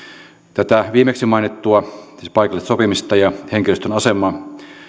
tätä viimeksi mainittua siis paikallista sopimista ja henkilöstön asemaa